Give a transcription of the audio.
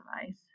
device